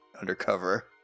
undercover